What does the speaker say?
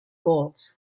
goals